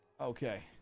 Okay